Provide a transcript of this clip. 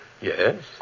Yes